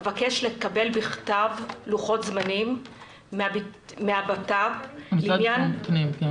אבקש לקבל בכתב לוחות זמנים מהבט"פ לענין